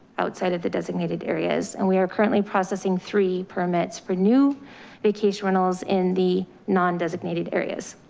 outside of the designated areas. and we are currently processing three permits for new vacation rentals in the non-designated areas.